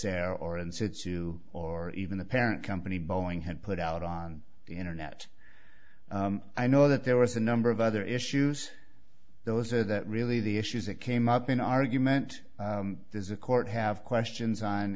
corsair or and said to or even the parent company boeing had put out on the internet i know that there was a number of other issues those are that really the issues that came up in argument there's a court have questions on